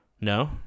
No